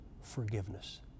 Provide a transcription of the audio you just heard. forgiveness